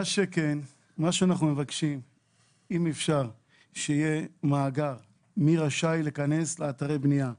מה שאנחנו מבקשים שיהיה מאגר מי רשאי להיכנס לאתרי בנייה.